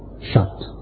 shut